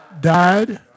died